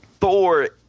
Thor